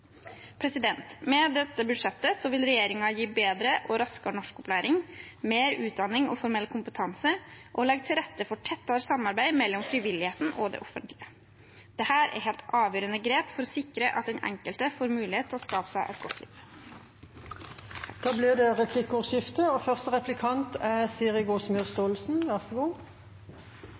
Med dette budsjettet vil regjeringen gi bedre og raskere norskopplæring, mer utdanning og formell kompetanse og legge til rette for et tettere samarbeid mellom frivilligheten og det offentlige. Dette er helt avgjørende grep for å sikre at den enkelte får mulighet til å skape seg et godt liv. Det blir replikkordskifte. Høsten 2017 ble stiftelsen Født Fri unnfanget i Venstres stortingsgruppe og